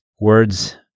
words